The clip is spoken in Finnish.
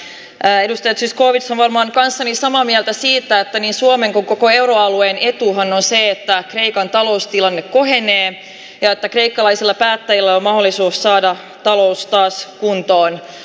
edustaja zyskowicz on varmaan kanssani samaa mieltä siitä että niin suomen kuin koko euroalueen etuhan on se että kreikan taloustilanne kohenee ja että kreikkalaisilla päättäjillä on mahdollisuus saada talous taas kuntoon